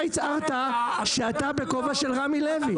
אתה הצהרת שאתה בכובע של רמי לוי.